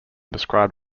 described